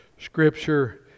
scripture